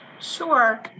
Sure